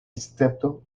escepto